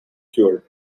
cured